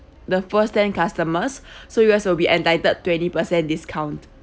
the first ten customers so you guys will be entitled twenty percent discount